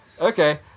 Okay